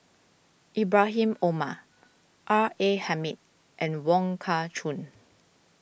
Ibrahim Omar R A Hamid and Wong Kah Chun